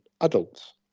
adults